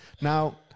Now